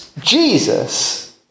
Jesus